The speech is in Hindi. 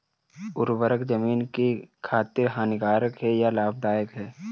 उर्वरक ज़मीन की खातिर हानिकारक है या लाभदायक है?